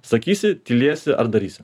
sakysi tylėsi ar darysi